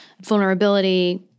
vulnerability